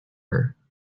her